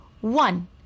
One